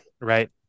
Right